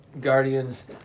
guardians